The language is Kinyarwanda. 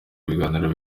biganiro